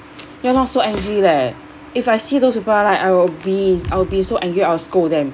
ya lor so angry leh if I see those people ah like I'll be I'll be so angry I will scold them